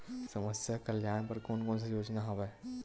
समस्या कल्याण बर कोन कोन से योजना हवय?